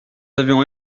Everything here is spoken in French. avions